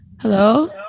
Hello